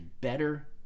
better